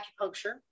acupuncture